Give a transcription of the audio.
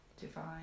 Divine